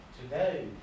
today